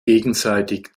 gegenseitig